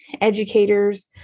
educators